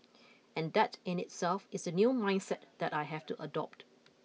and that in itself is a new mindset that I have to adopt